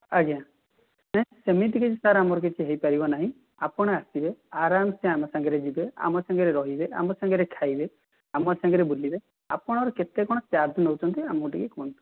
ଆଜ୍ଞା ସେମିତି କିଛି ସାର୍ ଆମର କିଛି ହୋଇପାରିବ ନାହିଁ ଆପଣ ଆସିବେ ଆରାମ୍ସେ ଆମ ସାଙ୍ଗରେ ଯିବେ ଆମ ସାଙ୍ଗରେ ରହିବେ ଆମ ସାଙ୍ଗରେ ଖାଇବେ ଆମ ସାଙ୍ଗରେ ବୁଲିବେ ଆପଣଙ୍କର କେତେ କ'ଣ ଚାର୍ଜ୍ ନେଉଛନ୍ତି ଆମକୁ ଟିକିଏ କୁହନ୍ତୁ